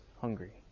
hungry